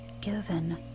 given